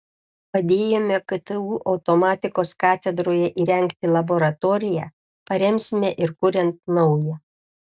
padėjome ktu automatikos katedroje įrengti laboratoriją paremsime ir kuriant naują